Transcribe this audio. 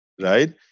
right